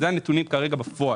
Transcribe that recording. אלה הנתונים בפועל.